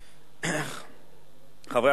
חברי הכנסת,